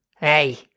hey